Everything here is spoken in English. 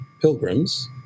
pilgrims